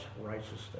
righteousness